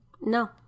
No